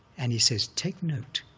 and he says, take note.